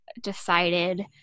decided